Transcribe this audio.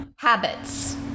Habits